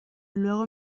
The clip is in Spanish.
luego